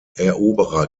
eroberer